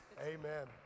Amen